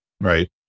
Right